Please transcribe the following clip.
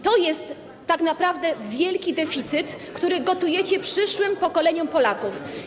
To jest tak naprawdę wielki deficyt, który gotujecie przyszłym pokoleniom Polaków.